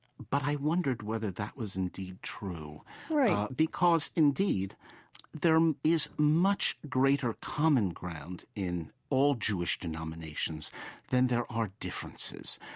but i wondered whether that was indeed true right because indeed there um is much greater common ground in all jewish denominations then there are differences.